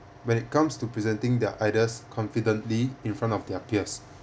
when it comes to presenting their ideas confidently in front of their peers